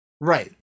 Right